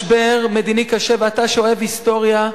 משבר מדיני קשה, ואתה, שאוהב היסטוריה,